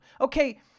Okay